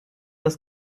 das